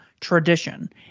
tradition